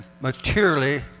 materially